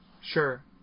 Sure